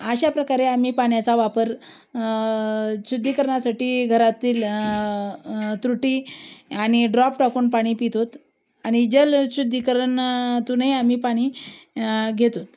अशा प्रकारे आम्ही पाण्याचा वापर शुद्धीकरणासाठी घरातील तुरटी आणि ड्रॉप टाकून पाणी पितो आहोत आणि जलशुद्धीकरणा तूनही आम्ही पाणी घेतो आहोत